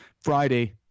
Friday